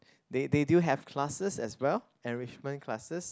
they they do have classes as well enrichment classes